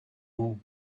all